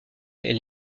est